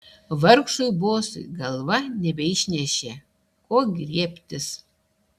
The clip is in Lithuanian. vargšui bosui galva nebeišnešė ko griebtis